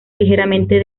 ligeramente